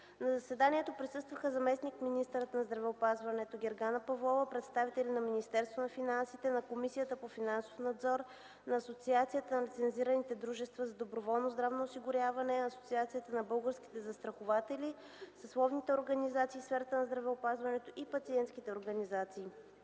На заседанието присъстваха заместник-министърът на здравеопазването Гергана Павлова, представители на Министерството на финансите, на Комисията по финансов надзор, на Асоциацията на лицензираните дружества за доброволно здравно осигуряване, на Асоциацията на българските застрахователи, на съсловните организации в сферата на здравеопазването и на пациентските организации.